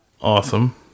awesome